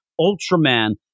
Ultraman